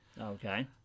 Okay